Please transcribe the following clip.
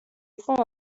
იყო